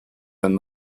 than